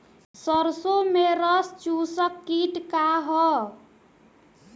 सरसो में रस चुसक किट का ह?